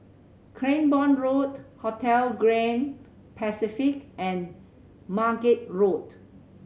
Cranborne Road Hotel Grand Pacific and Margate Road